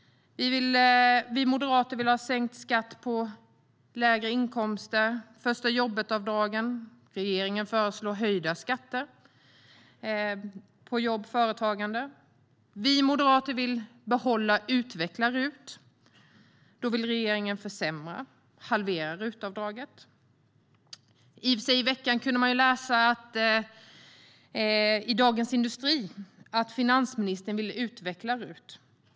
Vi moderater vill ha sänkt skatt på lägre inkomster, förstajobbetavdraget. Regeringen föreslår höjda skatter på jobb och företagande. Vi moderater vill behålla och utveckla RUT. Regeringen vill försämra, halvera, RUT-avdraget. I och för sig kunde man i veckan läsa i Dagens industri att finansministern vill utveckla RUT.